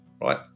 right